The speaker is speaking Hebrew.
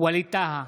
ווליד טאהא,